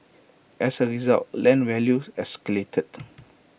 as A result land values escalated